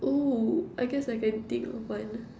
oh I guess I can think of one